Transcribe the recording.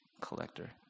Collector